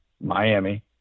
miami